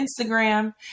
Instagram